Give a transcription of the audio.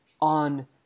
on